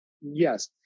Yes